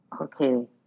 Okay